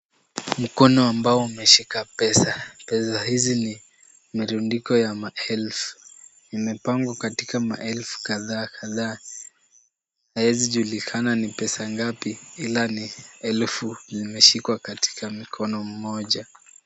Mkono ambao umeshika pesa. Pesa hizi ni mirundiko ya maelfu. Imepangwa katika maelfu kadhaa kadhaa. Haiwezi julikana ni pesa ngapi ila ni elfu imeshikwa katika mkono moja.